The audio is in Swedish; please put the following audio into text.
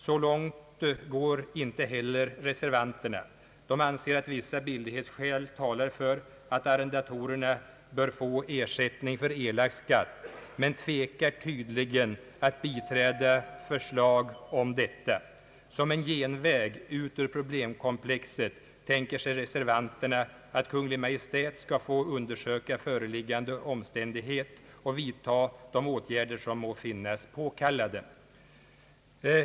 Så långt går inte heller reservanterna. De anser att vissa billighetsskäl talar för att arrendatorerna bör få ersättning för erlagd skatt men tvekar tydligen att biträda förslag om detta. Som en genväg ut ur problemkomplexet tänker sig reservanterna att Kungl. Maj:t skall få undersöka föreliggande omständigheter och vidta de åtgärder som må befinnas påkallade.